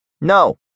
No